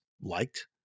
liked